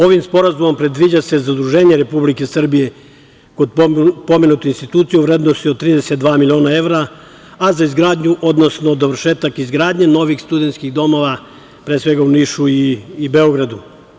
Ovim sporazumom predviđa se zaduženje Republike Srbije kod pomenute institucije u vrednosti od 32 miliona evra, a za izgradnju, odnosno dovršetak izgradnje novih studenskih domova, pre svega u Nišu i Beogradu.